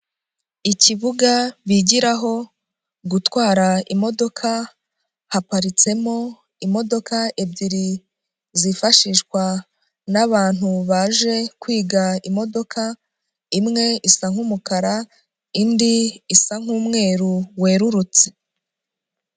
Ikibuga bigiraho gutwara imodoka, haparitsemo imodoka ebyiri zifashishwa n'abantu baje kwiga imodoka, imwe isa nk'umukara indi isa nk'umweru werurutse.